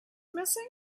missing